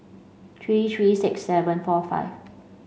three three six seven four five